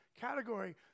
category